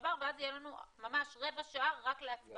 שעבר ואז יהיה לנו ממש רבע שעה רק להצבעה,